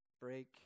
break